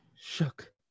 shook